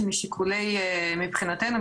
מבחינתנו,